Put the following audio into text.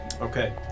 Okay